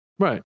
Right